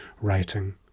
writing